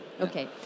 Okay